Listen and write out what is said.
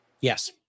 Yes